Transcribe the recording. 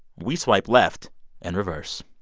we swipe left and reverse.